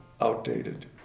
outdated